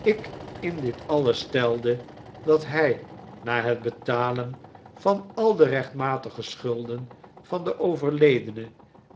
ik in dit altes stelde dat hij na het betalen van al de rechtmatige schulden van den overledene